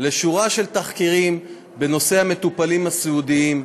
לשורה של תחקירים בנושא המטופלים הסיעודיים,